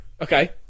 Okay